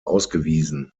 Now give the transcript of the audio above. ausgewiesen